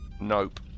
Nope